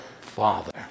Father